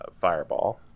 fireball